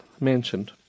mentioned